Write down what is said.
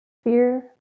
Fear